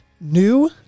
New